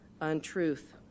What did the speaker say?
untruth